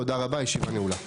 תודה רבה, הישיבה נעולה.